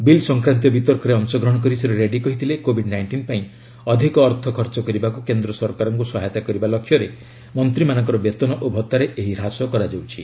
bill ସଂକ୍ରାନ୍ତୀୟ ବିତର୍କରେ ଅଂଶ ଗ୍ରହଣ କରି ଶ୍ରୀ ରେଡ୍ରୀ କହିଥିଲେ କୋବିଡ୍ ନାଇଣ୍ଟିନ୍ ପାଇଁ ଅଧିକ ଅର୍ଥ ଖର୍ଚ୍ଚ କରିବାକୁ କେନ୍ଦ୍ର ସରକାରଙ୍କ ସହାୟତା କରିବା ଲକ୍ଷ୍ୟରେ ମନ୍ତ୍ରୀମାନଙ୍କର ବେତନ ଓ ଭତ୍ତାରେ ଏହି ହ୍ରାସ କରାଯାଇଛି